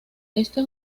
este